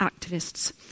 activists